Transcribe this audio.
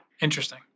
Interesting